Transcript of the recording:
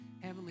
Heavenly